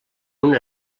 una